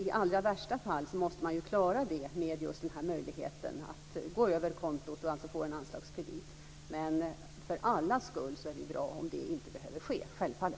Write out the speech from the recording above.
I allra värsta fall måste man klara det just med möjligheten att överskrida kontot och få en anslagskredit, men för allas skull är det självfallet bra om det inte behöver ske.